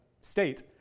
state